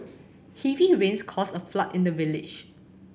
heavy rains caused a flood in the village